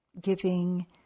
giving